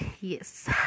Yes